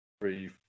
three